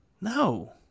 No